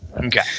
Okay